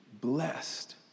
blessed